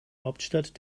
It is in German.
hauptstadt